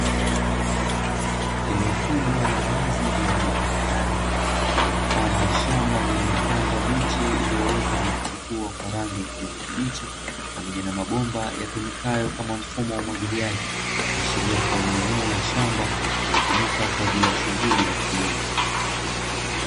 Eneo kubwa la wazi lililo tambarare, lililo mfano wa shamba lililopandwa miche iliyoota na kuchipua kwa rangi ya kijani kibichi, pamoja na mabomba yatumikayo kama mfumo wa umwagiliaji. Likiashiria kuwa ni eneo la shamba linalotumika kwa ajili ya shughuli za kilimo.